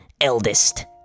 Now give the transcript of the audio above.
eldest